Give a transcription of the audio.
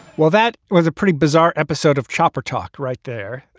well, that was a pretty bizarre episode of chopper talk. right there,